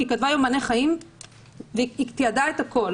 כי היא כתבה יומני חיים והיא תיעדה את הכול